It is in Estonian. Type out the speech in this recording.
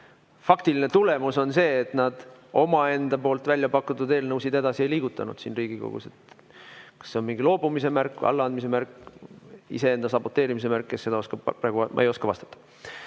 faktiline tulemus on see, et nad omaenda väljapakutud eelnõusid edasi ei liigutanud siin Riigikogus. Kas see on mingi loobumise märk või allaandmise märk, iseenda saboteerimise märk, kes seda oskab praegu